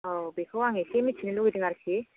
औ बेखौ आं एसे मिथिनो लुगैदों आरोखि